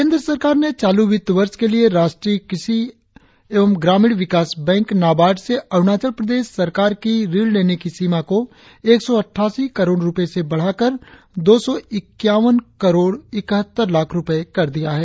केंद्र सरकार ने चालू वित्त वर्ष के लिए राष्ट्रीय क्रषि एवं ग्रामीण विकास बैंक नाबार्ड से अरुणाचल प्रदेश सरकार की ऋण लेने की सीमा को एक सौ अट्ठासी करोड़ से बढ़ाकर दो सौ इक्यावन करोड़ इकहत्तर लाख रुपए कर दिया है